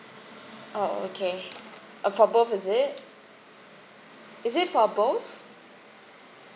oh okay uh for both is it is it for both